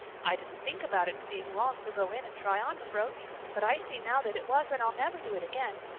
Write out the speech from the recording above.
i didn't think about its being wrong to go in and try on the brooch but i see now that it was and i'll never do it again.